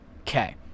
Okay